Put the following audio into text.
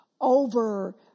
over